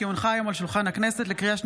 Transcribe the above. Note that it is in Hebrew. אני קובע כי הצעת חוק התקשורת (בזק ושידורים)